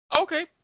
Okay